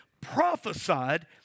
prophesied